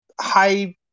high